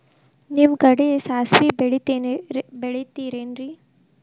ನಿಮ್ಮ ಕಡೆ ಸಾಸ್ವಿ ಬೆಳಿತಿರೆನ್ರಿ?